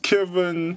Kevin